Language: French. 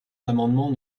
l’amendement